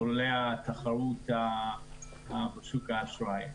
מחוללי התחרות בשוק האשראי.